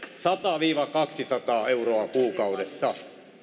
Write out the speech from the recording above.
sata viiva kaksisataa euroa kuukaudessa